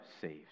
saved